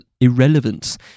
irrelevance